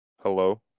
Hello